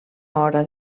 hora